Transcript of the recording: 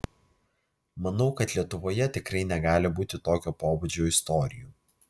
manau kad lietuvoje tikrai negali būti tokio pobūdžio istorijų